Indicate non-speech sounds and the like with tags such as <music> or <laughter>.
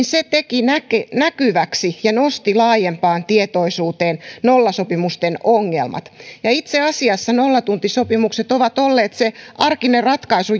<unintelligible> se teki näkyväksi ja nosti laajempaan tietoisuuteen nollasopimusten ongelmat itse asiassa nollatuntisopimukset ovat olleet se arkinen ratkaisu <unintelligible>